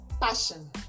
passion